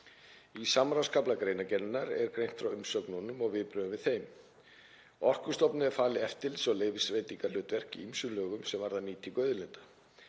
Í samráðskafla greinargerðarinnar er greint frá umsögnunum og viðbrögðum við þeim. Orkustofnun er falið eftirlits- og leyfisveitingarhlutverk í ýmsum lögum sem varða nýtingu auðlinda.